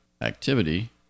activity